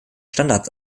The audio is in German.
standards